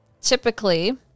typically